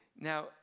Now